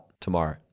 tomorrow